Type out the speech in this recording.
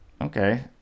Okay